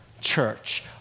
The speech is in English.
church